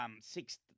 six